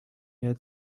had